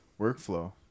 Workflow